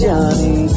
Johnny